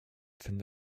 ten